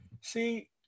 See